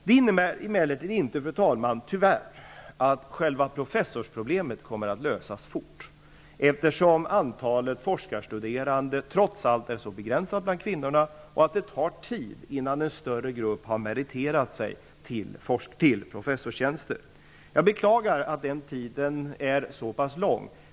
Det innebär emellertid inte att själva professorsproblemet kommer att lösas fort. Antalet forskarstuderande kvinnor är trots allt ganska begränsat. Det tar tid innan en större grupp har meriterat sig till professorstjänster. Jag beklagar att den tiden är så lång.